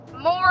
more